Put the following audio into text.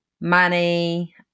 money